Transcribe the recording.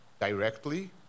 directly